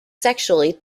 sexually